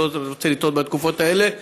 אני לא רוצה לטעות בתקופות האלה,